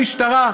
משפט אחרון.